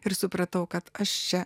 ir supratau kad aš čia